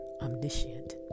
omniscient